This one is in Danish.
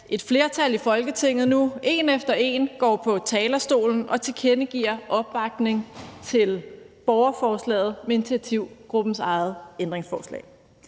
et flertal i Folketinget nu en efter en går på talerstolen og tilkendegiver opbakning til borgerforslaget med initiativgruppens eget ændringsforslag.